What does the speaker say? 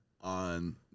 on